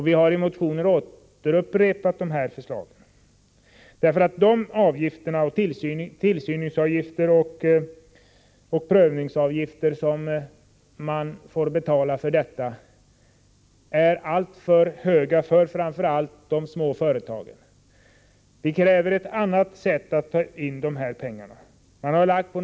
Vi har i motioner upprepat vårt förslag. De avgifter — tillsynsavgifter och prövningsavgifter — som man får betala är alltför höga för framför allt de små företagen. Vi kräver andra principer för uttag av avgifter.